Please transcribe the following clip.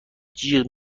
جیغ